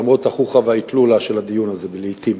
למרות החוכא ואטלולא של הדיון הזה לעתים.